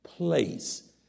Place